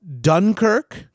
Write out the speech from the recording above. Dunkirk